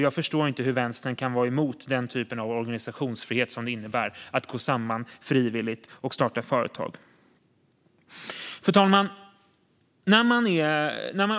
Jag förstår inte hur vänstern kan vara emot det slags organisationsfrihet som det innebär när man frivilligt går samman och startar företag. Fru talman!